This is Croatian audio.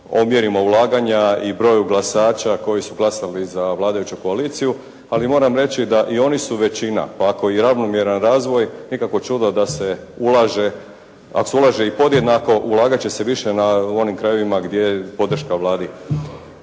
omjerima ulaganja i broju glasača koji su glasali za vladajuću koaliciju ali moram reći da i oni su većina. Pa ako je i ravnomjeran razvoj nikakvo čudo da se ulaže, ako se ulaže i podjednako ulagat će se više na onim krajevima gdje je podrška Vladi.